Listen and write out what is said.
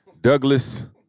Douglas